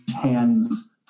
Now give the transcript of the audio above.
hands